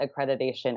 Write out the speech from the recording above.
accreditation